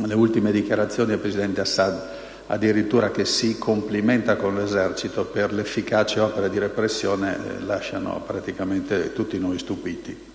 Ma le ultime dichiarazioni del presidente Assad, che addirittura si complimenta con l'Esercito per l'efficace opera di repressione, lasciano tutti noi stupiti.